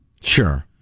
Sure